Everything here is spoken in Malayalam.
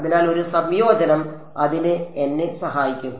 അതിനാൽ ഒരു സംയോജനം അതിന് എന്നെ സഹായിക്കും